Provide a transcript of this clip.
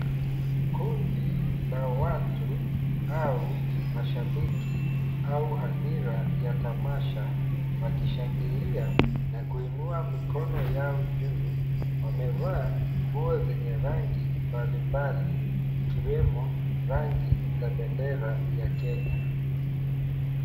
Kundi la watu au mashabiki au hadhira ya tamasha wakishangilia na kuinua mikono yao juu wamevaa nguo zenye rangi mbalimbali ikiwemo rangi ya bendera ya kenya.